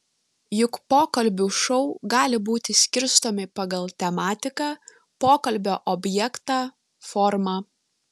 juk pokalbių šou gali būti skirstomi pagal tematiką pokalbio objektą formą